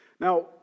Now